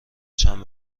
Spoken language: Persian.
چند